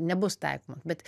nebus taikoma bet